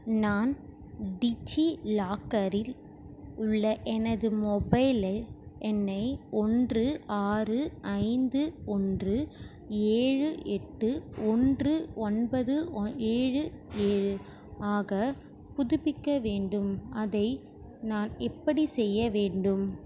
நான் டிஜிலாக்கரில் உள்ள எனது மொபைல் எண்ணை ஒன்று ஆறு ஐந்து ஒன்று ஏழு எட்டு ஒன்று ஒன்பது ஓ ஏழு ஏழு ஆக புதுப்பிக்க வேண்டும் அதை நான் எப்படி செய்ய வேண்டும்